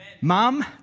Mom